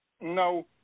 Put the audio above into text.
no